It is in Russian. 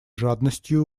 жадностию